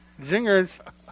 Zingers